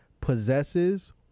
possesses